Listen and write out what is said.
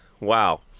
Wow